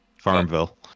farmville